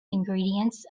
ingredients